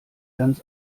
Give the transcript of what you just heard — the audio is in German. ganz